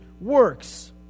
works